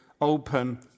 open